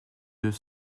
deux